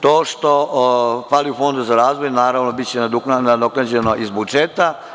To što fali Fondu za razvoj naravno, biće nadoknađeno iz budžeta.